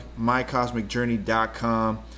mycosmicjourney.com